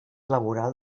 laboral